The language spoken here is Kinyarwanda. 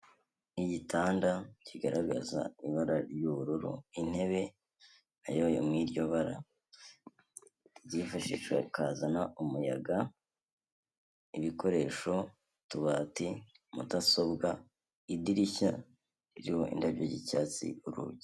Igitanda kigaragaza ibara ry'ubururu, intebe na yo yo mu iryo bara, akifashishwa mu kuzana umuyaga, ibikoresho: utubati, mudasobwa, idirishya ririho indabyo z'icyatsi, urugi.